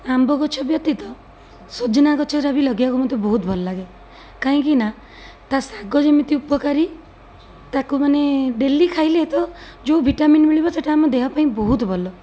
ଆମ୍ବ ଗଛ ବ୍ୟତୀତ ସଜନା ଗଛଗୁରା ବି ଲଗେଇବାକୁ ବହୁତ ଭଲ ଲାଗେ କାହିଁକିନା ତା ଶାଗ ଯେମିତି ଉପକାରୀ ତାକୁ ମାନେ ଡେଲି ଖାଇଲେ ତ ଯେଉଁ ଭିଟାମିନ୍ ମିଳିବ ସେଇଟା ଆମ ଦେହ ପାଇଁ ବହୁତ ଭଲ